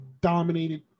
dominated